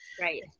Right